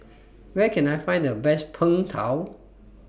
Where Can I Find The Best Png Tao